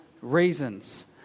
reasons